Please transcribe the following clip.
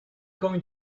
going